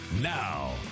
Now